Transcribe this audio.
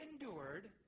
endured